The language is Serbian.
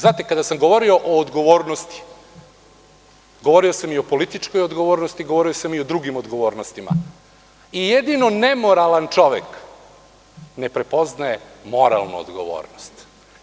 Znate kada sam govorio o odgovornosti, govorio sam i o političkoj odgovornosti, govorio sam i o drugim odgovornostima i jedino nemoralan čovek ne prepoznaje moralnu odgovornost.